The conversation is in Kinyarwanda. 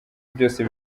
byose